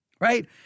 right